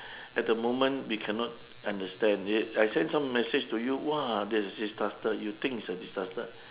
at the moment we cannot understand it I send some message to you !wah! there's disaster you think it's a disaster